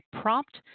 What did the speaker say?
prompt